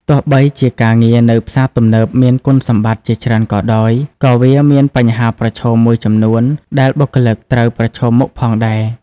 ទោះបីជាការងារនៅផ្សារទំនើបមានគុណសម្បត្តិជាច្រើនក៏ដោយ ក៏វាមានបញ្ហាប្រឈមមួយចំនួនដែលបុគ្គលិកត្រូវប្រឈមមុខផងដែរ។